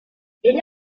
elle